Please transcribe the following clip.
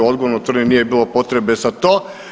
Odgovorno tvrdim nije bilo potrebe za to.